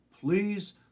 please